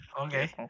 Okay